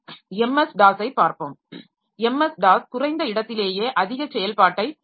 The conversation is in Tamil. MS DOS ஐ பார்ப்போம் MS DOS குறைந்த இடத்திலேயே அதிக செயல்பாட்டை வழங்குகிறது